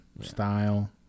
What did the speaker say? style